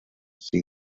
seen